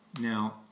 Now